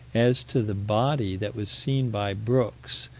as to the body that was seen by brooks,